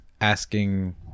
asking